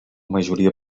majoria